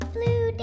Blue